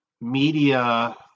Media